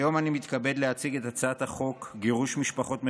היום אני מתכבד להציג את הצעת החוק גירוש משפחות מחבלים,